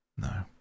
No